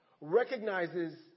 recognizes